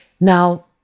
Now